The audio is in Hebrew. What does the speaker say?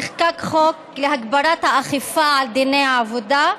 נחקק חוק להגברת האכיפה על דיני העבודה.